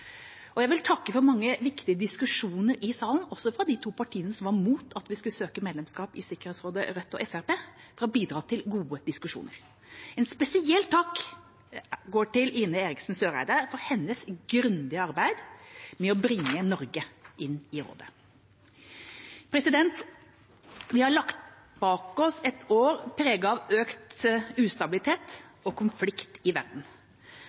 Jeg vil takke for mange viktige diskusjoner i salen, og også de to partiene som var imot at vi skulle søke medlemskap i Sikkerhetsrådet, Rødt og Fremskrittspartiet, for å ha bidratt til gode diskusjoner. En spesiell takk går til Ine Eriksen Søreide for hennes grundige arbeid med å bringe Norge inn i rådet. Vi har lagt bak oss et år preget av økt ustabilitet og konflikt i verden,